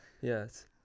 Yes